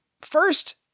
First